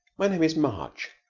my name is march.